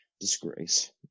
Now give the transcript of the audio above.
disgrace